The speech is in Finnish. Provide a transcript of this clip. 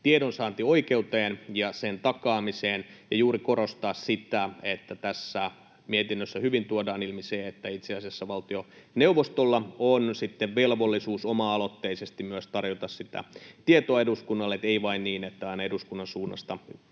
tiedonsaantioikeuteen ja sen takaamiseen, ja juuri korostaa sitä, että tässä mietinnössä hyvin tuodaan ilmi se, että itse asiassa valtioneuvostolla on sitten velvollisuus oma-aloitteisesti myös tarjota sitä tietoa eduskunnalle, eikä vain niin, että eduskunnan suunnasta